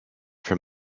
from